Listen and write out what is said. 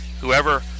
Whoever